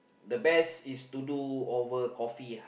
the best is to do over coffee uh